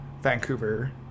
Vancouver